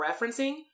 referencing